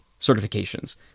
certifications